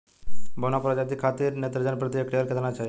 बौना प्रजाति खातिर नेत्रजन प्रति हेक्टेयर केतना चाही?